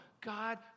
God